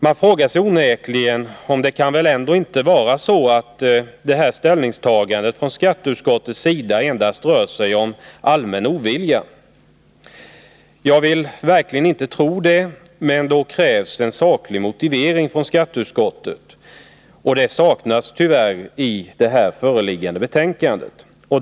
Man frågar sig onekligen: Det kan väl ändå inte vara så, när det gäller ställningstagandet från skatteutskottets sida, att det endast rör sig om allmän ovilja? Jag vill verkligen inte tro det. Men då krävs en saklig motivering från skatteutskottet, och en sådan saknas tyvärr i det föreliggande betänkandet.